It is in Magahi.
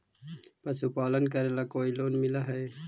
पशुपालन करेला कोई लोन मिल हइ?